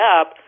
up